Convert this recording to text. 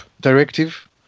directive